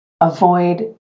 avoid